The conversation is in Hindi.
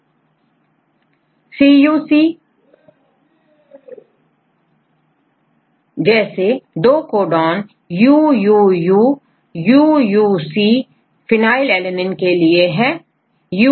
जैसे दो कोडान UUU औरUUC phenylalanine के हैं